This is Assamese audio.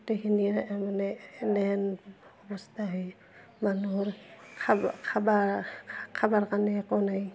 গোটেইখিনি মানে এনেহেন অৱস্থা হয় মানুহৰ খাব খাবৰ খাবৰ কাৰণে একো নাই